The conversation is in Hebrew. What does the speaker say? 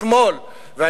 אתמול,